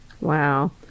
Wow